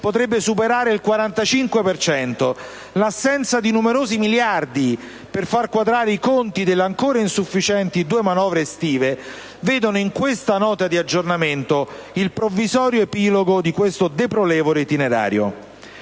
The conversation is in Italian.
potrebbe superare il 45 per cento, l'assenza di numerosi miliardi di euro per far quadrare i conti delle ancora insufficienti due manovre estive - vede nella Nota di aggiornamento in esame il provvisorio epilogo di questo deplorevole itinerario.